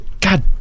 God